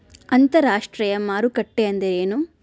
ಅಂತರಾಷ್ಟ್ರೇಯ ಮಾರುಕಟ್ಟೆ ಎಂದರೇನು?